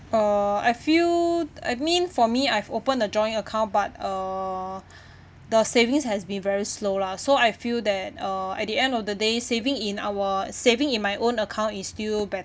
uh I feel I mean for me I've opened a joint account but uh the savings has been very slow lah so I feel that uh at the end of the day saving in our saving in my own account is still bet~